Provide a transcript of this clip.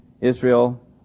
Israel